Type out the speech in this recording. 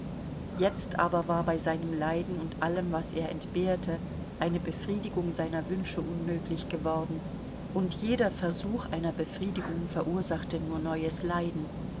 jetzt aber war bei seinem leiden und allem was er entbehrte eine befriedigung seiner wünsche unmöglich geworden und jeder versuch einer befriedigung verursachte nur neues leiden